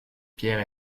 pierre